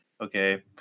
Okay